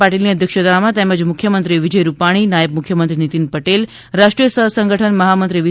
પાટીલની અધ્યક્ષતામાં તેમજ મુખ્યમંત્રી વિજયભાઈ રૂપાણી નાયબ મુખ્યમંત્રી નીતિનભાઈ પટેલ રાષ્ટ્રીય સહ સંગઠન મહામંત્રી વી